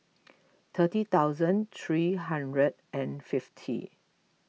thirty thousand three hundred and fifty